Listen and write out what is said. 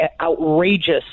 outrageous